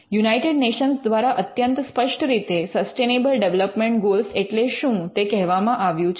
United nations દ્વારા અત્યંત સ્પષ્ટ રીતે સસ્ટેનેબલ ડિવેલપ્મન્ટ ગોલ એટલે શું તે કહેવામાં આવ્યું છે